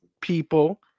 people